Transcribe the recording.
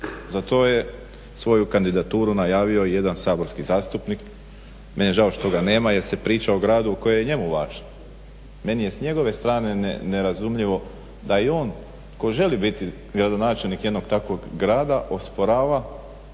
Za to je svoju kandidaturu najavio i jedan saborski zastupnik. Meni je žao što ga nema jer se priča o gradu koji je njemu važan. Meni je s njegove strane nerazumljivo da i on koji želi biti gradonačelnik jednog takvog grada osporava